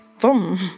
boom